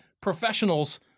professionals